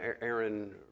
Aaron